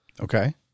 Okay